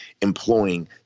employing